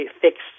fixed